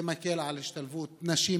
זה מקל על ההשתלבות של נשים,